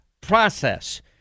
process